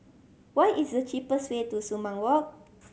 what is the cheapest way to Sumang Walk